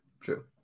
true